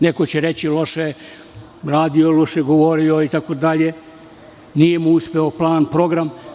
Neko će reći - loše je radio, loše je govorio, itd, nije im uspeo plan, program.